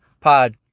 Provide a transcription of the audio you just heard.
pod